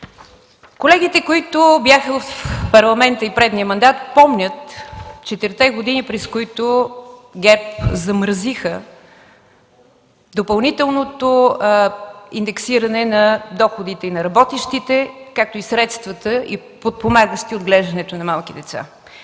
Колегите, които бяха в Парламента и предния мандат, помнят четирите години, през които ГЕРБ замразиха допълнителното индексиране на доходите на работещите, както и средствата, подпомагащи отглеждането на малки деца.